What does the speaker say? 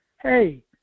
hey